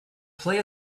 play